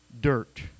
dirt